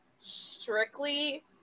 strictly